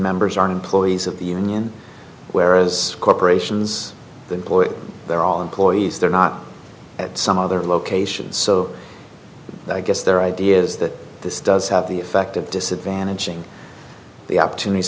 members are employees of the union whereas corporations the employees they're all employees they're not at some other locations so i guess their idea is that this does have the effect of disadvantaging the opportunities